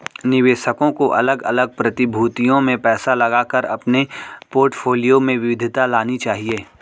निवेशकों को अलग अलग प्रतिभूतियों में पैसा लगाकर अपने पोर्टफोलियो में विविधता लानी चाहिए